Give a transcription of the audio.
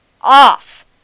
off